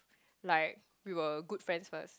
like we were good friends first